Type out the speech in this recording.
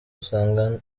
usanga